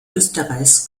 österreichs